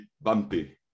bumpy